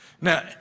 Now